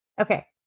Okay